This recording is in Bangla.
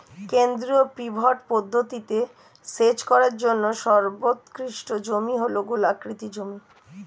কেন্দ্রীয় পিভট পদ্ধতিতে সেচ করার জন্য সর্বোৎকৃষ্ট জমি হল গোলাকৃতি জমি